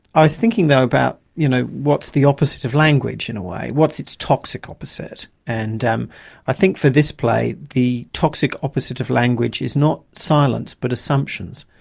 i was thinking, though, about you know what's the opposite of language, in a way, what's its toxic opposite. and um i think for this play the toxic opposite of language is not silence but assumptions.